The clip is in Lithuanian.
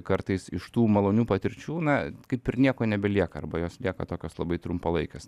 kartais iš tų malonių patirčių na kaip ir nieko nebelieka arba jos lieka tokios labai trumpalaikės